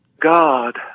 God